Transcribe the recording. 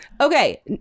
Okay